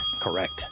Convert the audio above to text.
correct